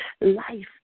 life